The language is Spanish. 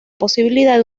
posibilidad